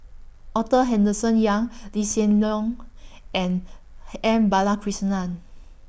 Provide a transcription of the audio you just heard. Arthur Henderson Young Lee Hsien Loong and M Balakrishnan